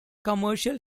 commercial